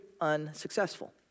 unsuccessful